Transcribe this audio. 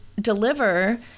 deliver